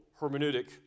hermeneutic